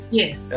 yes